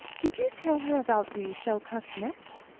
did you tell her about the shelcuff's neck?